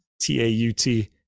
T-A-U-T